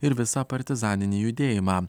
ir visą partizaninį judėjimą